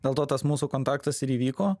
dėl to tas mūsų kontaktas ir įvyko